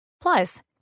Plus